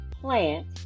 plant